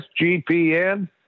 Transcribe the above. SGPN